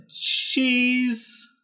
Cheese